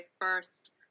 first